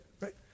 right